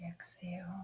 exhale